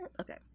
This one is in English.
Okay